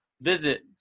visit